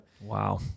Wow